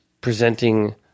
presenting